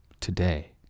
today